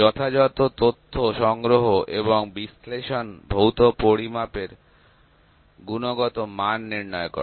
যথাযথ তথ্য সংগ্রহ এবং বিশ্লেষণ ভৌত পরিমাপের গুণগত মান নির্ণয় করে